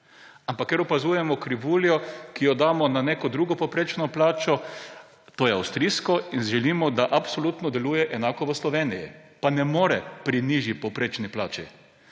ampak ker opazujemo krivuljo, ki jo damo na neko drugo povprečno plačo, to je avstrijsko, in želimo, da absolutno deluje enako v Sloveniji – pa ne more pri nižji povprečni plači.